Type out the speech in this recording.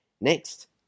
Next